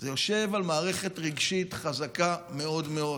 זה יושב על מערכת רגשית חזקה מאוד מאוד,